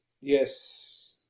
Yes